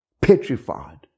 petrified